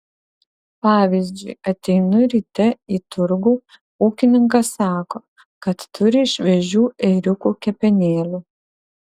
pavyzdžiui ateinu ryte į turgų ūkininkas sako kad turi šviežių ėriukų kepenėlių